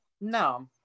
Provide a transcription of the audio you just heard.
No